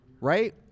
right